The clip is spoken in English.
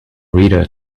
reader